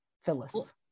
phyllis